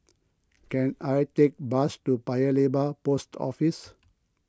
can I take a bus to Paya Lebar Post Office